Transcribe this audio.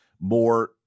more